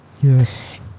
Yes